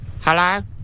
Hello